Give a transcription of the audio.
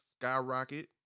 skyrocket